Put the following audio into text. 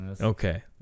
Okay